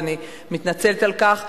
אז אני מתנצלת על כך,